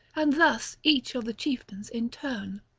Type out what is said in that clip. and thus each of the chieftains in turn